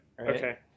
okay